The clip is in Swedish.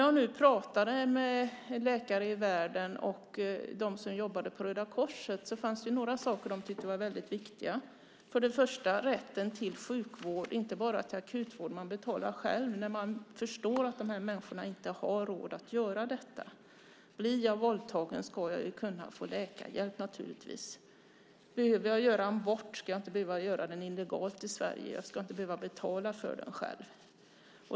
Jag talade med Läkare i världen och Röda Korset. Det fanns några saker som de tyckte var väldigt viktiga. Det var för det första rätten till sjukvård och inte bara till akutvård man betalar själv. Man förstår att dessa människor inte har råd att göra det. Blir jag våldtagen ska jag naturligtvis kunna få läkarhjälp. Behöver jag göra en abort ska jag inte behöva göra den illegalt i Sverige. Jag ska inte behöva betala för den själv.